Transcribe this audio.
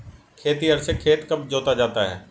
खेतिहर से खेत कब जोता जाता है?